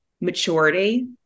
maturity